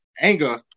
anger